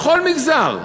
בכל מגזר,